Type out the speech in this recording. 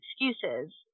excuses